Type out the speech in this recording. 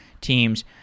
teams